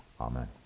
Amen